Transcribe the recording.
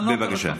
בבקשה,